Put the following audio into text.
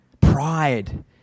Pride